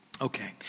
Okay